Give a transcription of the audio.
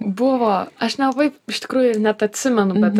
buvo aš nelabai iš tikrųjų ir net atsimenu bet